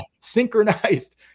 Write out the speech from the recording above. Synchronized